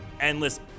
endless